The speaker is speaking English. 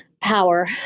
power